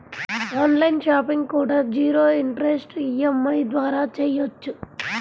on line shopping కూడా zero interest EMI ద్వారా చెయ్యొచ్చు